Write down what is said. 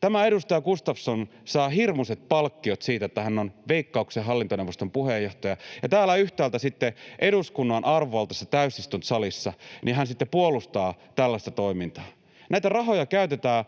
Tämä edustaja Gustafsson saa hirmuiset palkkiot siitä, että hän on Veikkauksen hallintoneuvoston puheenjohtaja, ja täällä yhtäältä sitten eduskunnan arvovaltaisessa täysistuntosalissa hän sitten puolustaa tällaista toimintaa. Näitä rahoja käytetään